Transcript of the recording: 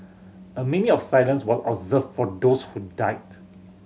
a minute of silence was observed for those who died